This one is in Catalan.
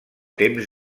temps